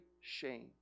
shame